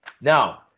Now